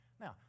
Now